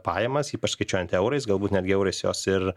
pajamas ypač skaičiuojant eurais galbūt netgi eurais jos ir